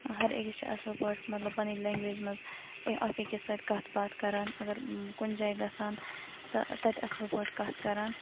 ہَر أکِس چھِ اصٕل پٲتھۍ مطلب پَنٕنۍ لیٚنگویج مَنٛز اَکھ أکِس سۭتۍ کَتھ باتھ کران اگر کُنہِ جایہِ گَژھان تہٕ تَتہِ اصٕل پٲٹھۍ کَتھ کَران